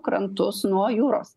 krantus nuo jūros